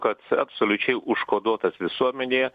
kad absoliučiai užkoduotas visuomenėje